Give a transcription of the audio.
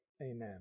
Amen